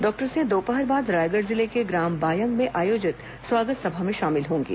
doctor Singh दोपहर बाद रायगढ़ जिले के ग्राम बायंग में आयोजित स्वागत सभा में शामिल होंगे